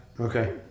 okay